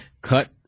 cut